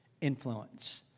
influence